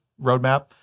roadmap